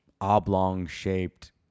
oblong-shaped